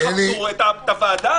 תכבדו את הוועדה.